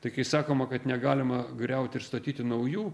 tai kai sakoma kad negalima griauti ir statyti naujų